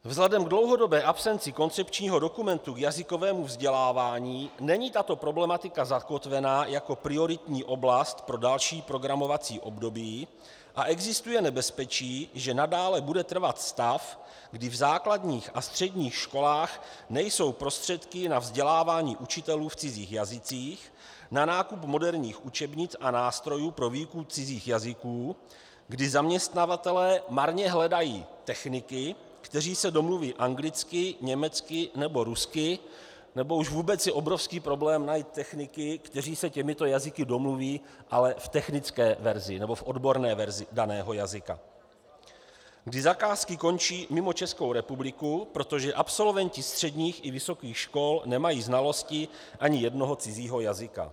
Vzhledem k dlouhodobé absenci koncepčního dokumentu k jazykovému vzdělávání není tato problematika zakotvena jako prioritní oblast pro další programovací období a existuje nebezpečí, že nadále bude trvat stav, kdy v základních a středních školách nejsou prostředky na vzdělávání učitelů v cizích jazycích, na nákup moderních učebnic a nástrojů pro výuku cizích jazyků, kdy zaměstnavatelé marně hledají techniky, kteří se domluví anglicky, německy nebo rusky, nebo už vůbec je obrovský problém najít techniky, kteří se těmito jazyky domluví, ale v technické verzi nebo v odborné verzi daného jazyka, kdy zakázky končí mimo Českou republiku, protože absolventi středních i vysokých škol nemají znalosti ani jednoho cizího jazyka.